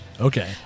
Okay